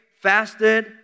fasted